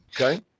okay